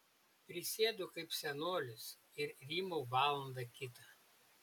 prisėdu kaip senolis ir rymau valandą kitą